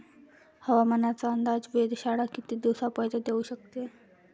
हवामानाचा अंदाज वेधशाळा किती दिवसा पयले देऊ शकते?